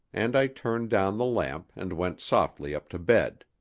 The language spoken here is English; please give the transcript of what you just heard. and i turned down the lamp and went softly up to bed.